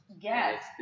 Yes